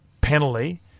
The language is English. penalty